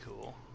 cool